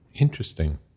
Interesting